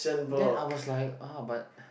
then I was like ah but